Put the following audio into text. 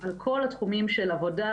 על כל התחומים של עבודה